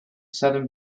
southern